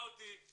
תתבע אותי.